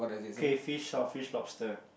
K fish or fish lobster